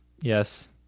Yes